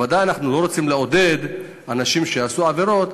בוודאי אנחנו לא רוצים לעודד אנשים לעשות עבירות,